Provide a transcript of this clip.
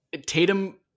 Tatum